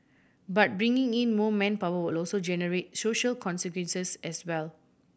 but bringing in more manpower will also generate social consequences as well